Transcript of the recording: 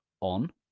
on